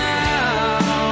now